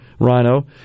Rhino